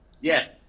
Yes